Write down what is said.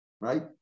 right